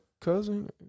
cousin